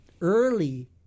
early